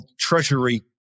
treasury